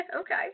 Okay